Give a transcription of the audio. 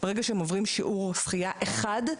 ברגע שהם עוברים שיעור שחייה אחד,